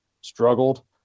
struggled